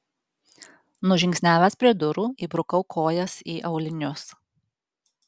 nužingsniavęs prie durų įbrukau kojas į aulinius